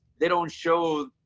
they don't show,